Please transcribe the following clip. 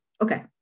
okay